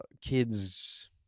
kid's